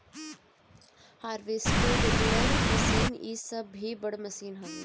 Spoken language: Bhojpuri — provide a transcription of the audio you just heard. हार्वेस्टर, डिबलर मशीन इ सब भी बड़ मशीन हवे